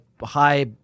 high